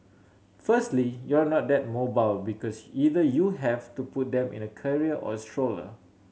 firstly you're not that mobile because either you have to put them in a carrier or a stroller